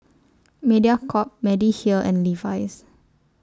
Mediacorp Mediheal and Levi's